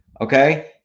Okay